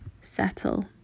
settle